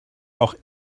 auch